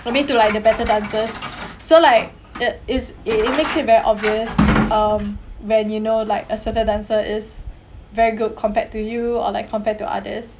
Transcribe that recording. for me to like the better dancers so like it is it makes it very obvious um when you know like a certain dancer is very good compared to you or like compared to others